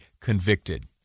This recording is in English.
convicted